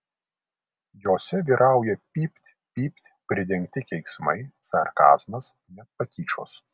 jose vyrauja pypt pypt pridengti keiksmai sarkazmas net patyčios